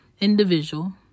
individual